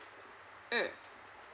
mm